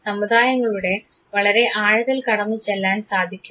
സമുദായങ്ങളുടെ വളരെ ആഴത്തിൽ കടന്നുചെല്ലാൻ സാധിക്കും